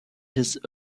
his